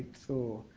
so,